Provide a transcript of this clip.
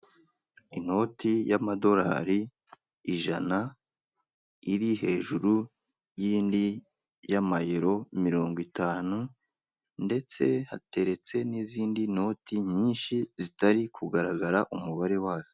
Inoti y'amadolari ijana iri hejuru y'indi y'amayero mirongo itanu ndetse hateretse n'izindi noti nyinshi zitari kugaragara umubare wazo.